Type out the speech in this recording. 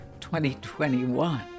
2021